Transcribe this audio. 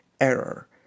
error